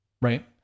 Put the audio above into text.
Right